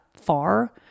far